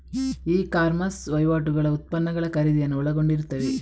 E commerce ವಹಿವಾಟುಗಳು ಉತ್ಪನ್ನಗಳ ಖರೀದಿಯನ್ನು ಒಳಗೊಂಡಿರುತ್ತವೆ